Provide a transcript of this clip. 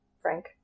Frank